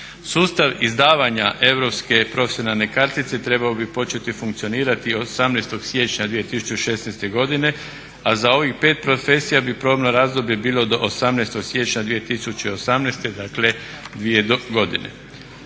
Sustav izdavanja europske profesionalne kartice trebao bi početi funkcionirati 18. siječnja 2016. godine a za ovih 5 profesija bi probno razdoblje bilo do 18. siječnja 2018., dakle